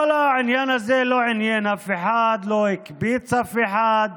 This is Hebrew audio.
כל העניין הזה לא עניין אף אחד, לא הקפיץ אף אחד,